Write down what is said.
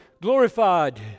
glorified